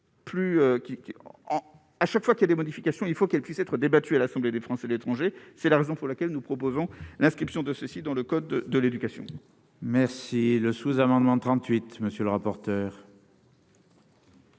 à chaque fois qu'il y a des modifications, il faut qu'elle puisse être débattue à l'Assemblée des Français de l'étranger, c'est la raison pour laquelle nous proposons l'inscription de ce site dans le code de l'éducation. Merci le sous-amendement 38, monsieur le rapporteur.